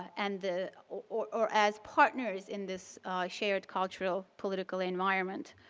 and the or as partners in this shared cultural political environment.